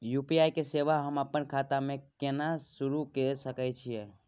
UPI के सेवा हम अपने खाता म केना सुरू के सके छियै?